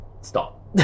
Stop